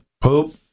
Poop